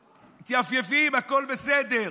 מתייפייפים, הכול בסדר.